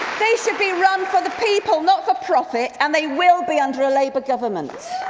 they should be run for the people not for profit. and they will be under a labour government.